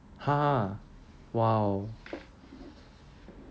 !huh! !wow!